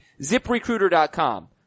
ZipRecruiter.com